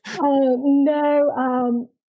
no